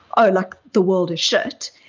oh, like the world is shit.